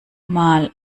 mal